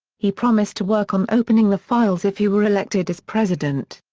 he promised to work on opening the files if he were elected as president.